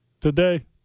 Today